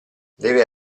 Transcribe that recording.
deve